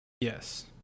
Yes